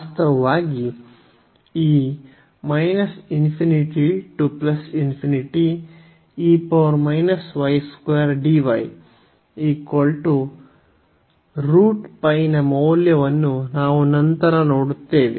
ವಾಸ್ತವವಾಗಿ ಈ ನ ಮೌಲ್ಯವನ್ನು ನಾವು ನಂತರ ನೋಡುತ್ತೇವೆ